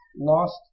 lost